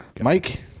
Mike